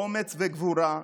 אומץ וגבורה,